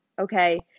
okay